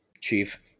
Chief